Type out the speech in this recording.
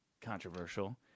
controversial